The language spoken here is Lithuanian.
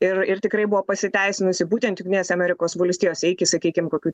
ir ir tikrai buvo pasiteisinusi būtent jungtinėse amerikos valstijose iki sakykim kokių